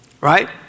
right